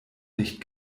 nicht